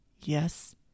yes